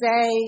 say